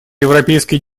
европейские